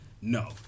No